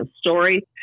story